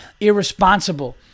irresponsible